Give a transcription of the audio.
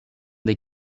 des